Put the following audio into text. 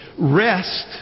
Rest